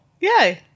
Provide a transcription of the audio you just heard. yay